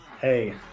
Hey